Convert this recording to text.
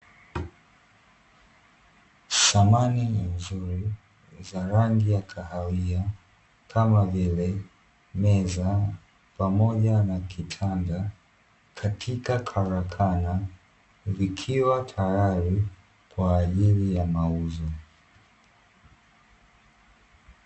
Samani nzuri za rangi ya kahawia kama vile meza, pamoja na kitanda katika karakana vikiwa tayari kwa ajili ya mauzo.